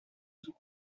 toutes